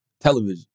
television